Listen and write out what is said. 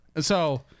so-